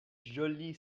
jolie